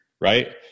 right